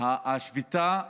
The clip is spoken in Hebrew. השביתה הסתיימה,